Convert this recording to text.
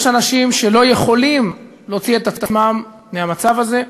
יש אנשים שלא יכולים להוציא את עצמם מהמצב הזה.